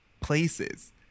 places